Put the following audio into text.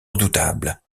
redoutable